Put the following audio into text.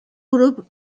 grup